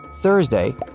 Thursday